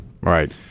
Right